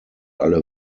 alle